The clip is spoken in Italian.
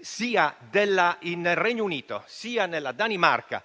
sia del Regno Unito sia della Danimarca